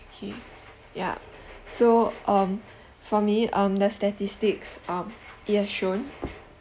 okay ya so um for me um the statistics um it has shown